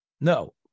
No